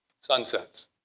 Sunsets